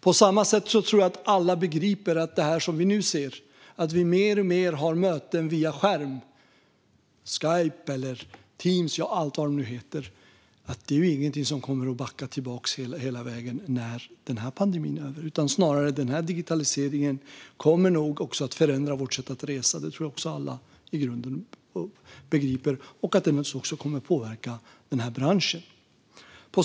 På samma sätt tror jag att alla begriper att det vi nu ser, alltså att vi mer och mer har möten via skärm - Skype, Teams och allt vad det nu heter - inte är något som kommer att backa tillbaka hela vägen när pandemin är över. Snarare kommer denna digitalisering nog också att förändra vårt sätt att resa. Det tror jag att alla i grunden begriper, och det kommer naturligtvis också att påverka branschen.